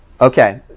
Okay